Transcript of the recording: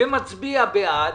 ומצביע בעד,